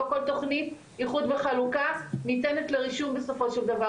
לא כל תוכנית איחוד וחלוקה ניתנת לרישום בסופו של דבר,